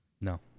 No